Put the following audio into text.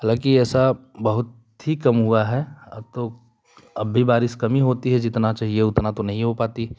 हालाँकि ऐसा बहुत ही कम हुआ है अब तो अब अभी बारिश कमी होती है जितना चहिए उतना तो नहीं हो पाती